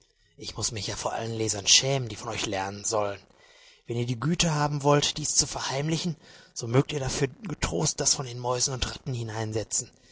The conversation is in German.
ich muß mich ja vor allen lesern schämen die von euch lernen sollen wenn ihr die güte haben wollt dies zu verheimlichen so mögt ihr dafür getrost das von den mäusen und ratten